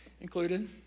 included